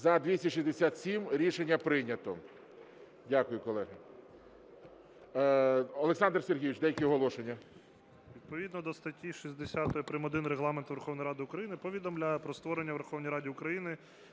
За-267 Рішення прийнято. Дякую, колеги. Олександр Сергійович, деякі оголошення.